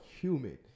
human